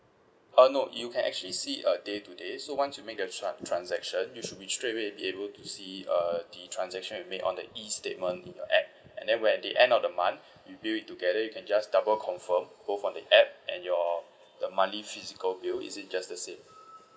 uh no you can actually see it uh day to day so once you make the tran~ transaction you should be straightaway be able to see uh the transaction you made on that E statement in your app and then when the end of the month you view it together you can just double confirm go from the app and your the monthly physical bill is it just the same